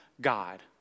God